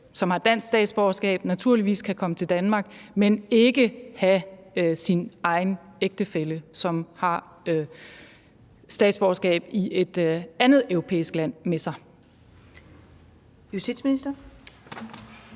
som har dansk statsborgerskab, naturligvis kan komme til Danmark, men ikke have sin ægtefælle, som har statsborgerskab i et andet europæisk land, med sig? Kl.